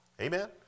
Amen